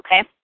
okay